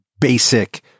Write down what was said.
basic